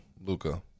Luca